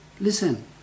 listen